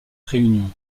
réunion